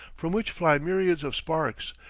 from which fly myriads of sparks,